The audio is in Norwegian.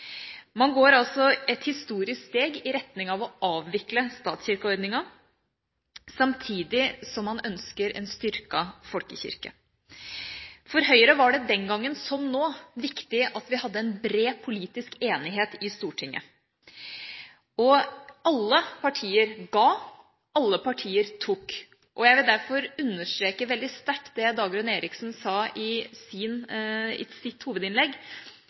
Man går altså et historisk steg i retning av å avvikle statskirkeordningen, samtidig som man ønsker en styrket folkekirke. For Høyre var det den gangen, som nå, viktig at vi hadde en bred politisk enighet i Stortinget. Alle partier ga, alle partier tok. Jeg vil derfor understreke veldig sterkt det Dagrun Eriksen sa i sitt hovedinnlegg, nemlig at i